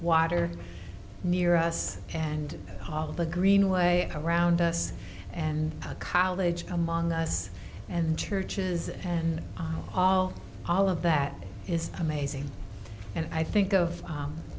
water near us and the greenway around us and a college among us and churches and all all of that is amazing and i think of